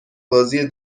بازی